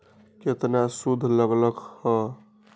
केतना सूद लग लक ह?